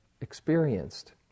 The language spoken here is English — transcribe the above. experienced